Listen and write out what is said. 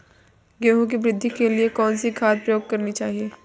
गेहूँ की वृद्धि के लिए कौनसी खाद प्रयोग करनी चाहिए?